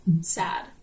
sad